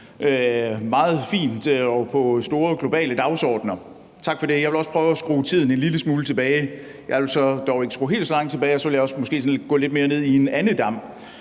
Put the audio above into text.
meget fint og på store globale dagsordener. Tak for det. Jeg vil også prøve at skrue tiden en lille smule tilbage. Jeg vil så dog ikke skrue den helt så langt tilbage, og jeg vil måske også sådan gå lidt mere ned i en andedam.